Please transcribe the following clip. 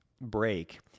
break